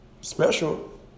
special